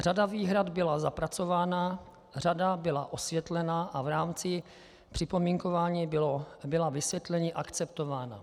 Řada výhrad byla zapracována, řada byla osvětlena a v rámci připomínkování byla vysvětlení akceptována.